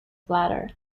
bladder